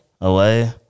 Away